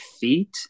feet